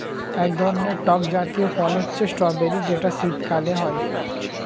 এক ধরনের টক জাতীয় ফল হচ্ছে স্ট্রবেরি যেটা শীতকালে হয়